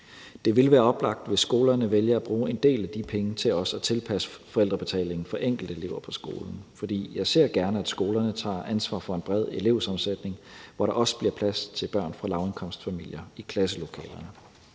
Det ville være oplagt, hvis skolerne vælger at bruge en del af de penge til også at passe forældrebetalingen for enkelte elever på skolen, for jeg ser gerne, at skolerne tager ansvar for en bred elevsammensætning, hvor der også bliver plads til børn fra lavindkomstfamilier i klasselokalerne.